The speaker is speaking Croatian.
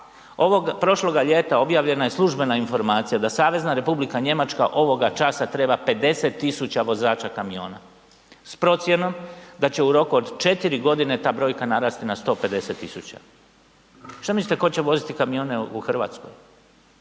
Prošloga ljeta objavljena je služena informacija da Savezna Republika Njemačka ovoga časa treba 50.000 vozača kamiona s procjenom da će u roku od četiri godine ta brojka narasti na 150.000. Šta mislite tko će voziti kamione u Hrvatskoj?